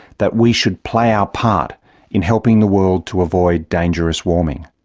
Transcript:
that we should play our part in helping the world to avoid dangerous warming.